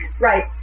Right